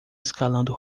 escalando